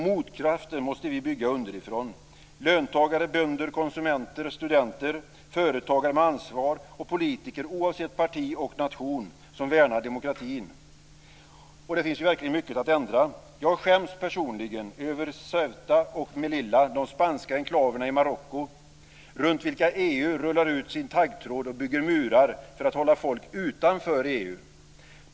Motkraften måste vi bygga underifrån: löntagare, bönder, konsumenter, studenter, företagare med ansvar och politiker oavsett parti och nation som värnar demokratin. Och det finns verkligen mycket att ändra. Jag skäms över Ceuta och Melilla, de spanska enklaverna i Marocko, runt vilka EU rullar ut sin taggtråd och bygger murar för att hålla folk utanför EU.